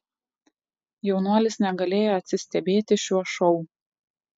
jaunuolis negalėjo atsistebėti šiuo šou